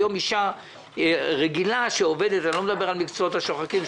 היום אישה רגילה שעובדת אני לא מדבר על המקצועות השוחקים,